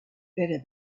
better